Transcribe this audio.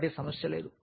కాబట్టి సమస్య లేదు